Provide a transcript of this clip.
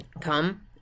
come